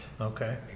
Okay